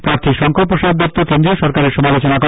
প্রার্থী শংকর প্রসাদ দত্ত কেন্দ্রীয় সরকারের সমালোচনা করে